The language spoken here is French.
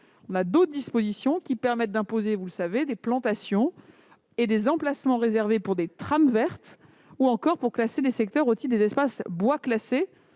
d'autres dispositions permettent d'imposer des plantations et des emplacements réservés pour des trames vertes ou encore le classement de secteurs au titre des espaces boisés classés,